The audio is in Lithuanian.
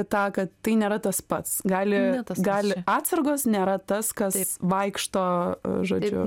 tą kad tai nėra tas pats gali gali atsargos nėra tas kas vaikšto žodžiu